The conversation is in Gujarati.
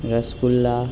રસગુલ્લા